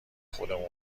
خودمون